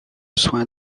soins